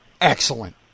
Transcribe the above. Excellent